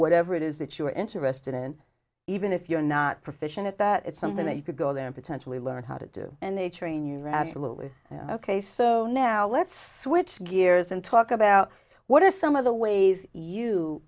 whatever it is that you are interested in even if you're not proficient at that it's something that you could go there potentially learn how to do and they train you're absolutely ok so now let's switch gears and talk about what are some of the ways you